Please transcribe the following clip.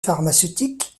pharmaceutique